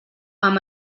amb